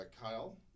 Kyle